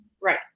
Right